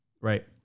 right